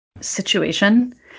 situation